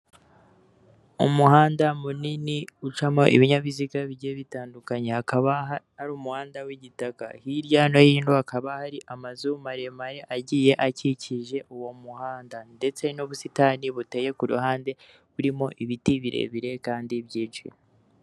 Umuhanda munini ucamo ibinyabiziga bigiye bitandukanye; akaba ari umuhanda w'igitaka. Hirya no hino hakaba hari amazu maremare agiye akikije uwo muhanda; ndetse n'ubusitani buteye ku ruhande burimo ibiti birebire kandi byinshi.